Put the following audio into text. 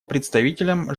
представителям